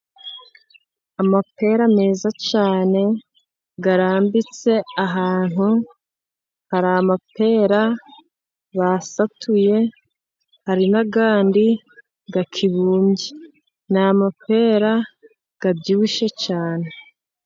Amapera meza cyane arambitse ahantu, hari amapera basatuye, hari n'ayandi akibumbye. ni amapera abyibushye cyane.